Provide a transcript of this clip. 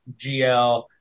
GL